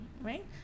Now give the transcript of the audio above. right